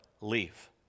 leave